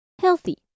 healthy